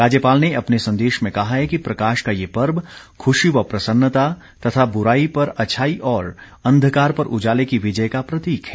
राज्यपाल ने अपने संदेश में कहा है कि प्रकाश का ये पर्व खुशी व प्रसन्नता तथा बुराई पर अच्छाई और अंधकार पर उजाले की विजय का प्रतीक है